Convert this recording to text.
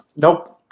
Nope